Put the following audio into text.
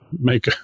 make